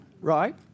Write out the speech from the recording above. right